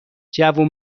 جوون